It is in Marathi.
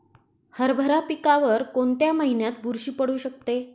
हरभरा पिकावर कोणत्या महिन्यात बुरशी पडू शकते?